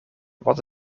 wat